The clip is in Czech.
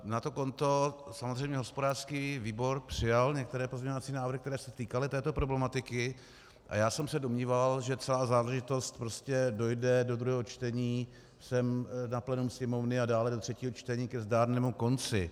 Na to konto samozřejmě hospodářský výbor přijal některé pozměňovací návrhy, které se týkaly této problematiky, a já jsem se domníval, že celá záležitost dojde do druhého čtení sem na plénum Sněmovny a dále do třetího čtení ke zdárnému konci.